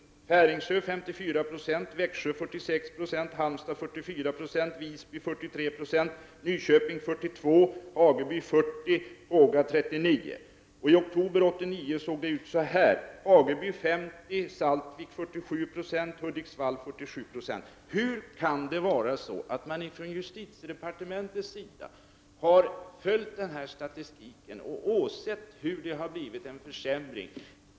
På Färingsö är det 54 90, Växjö 46 70, Halmstad 44 96, Visby 43 90, Nyköping 42 70, Hageby 40 26 och Håga 39 90. Har man från departementet följt denna statistik och åsett hur det har skett en försämring?